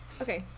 Okay